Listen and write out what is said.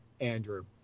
Andrew